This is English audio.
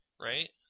right